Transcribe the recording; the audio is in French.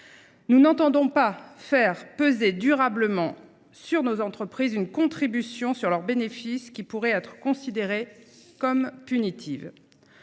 nous n’entendons pas faire peser durablement sur nos entreprises une contribution sur leurs bénéfices, qui pourrait être considérée comme punitive.